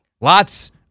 Lots